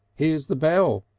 hears the bell!